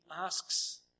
asks